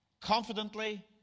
confidently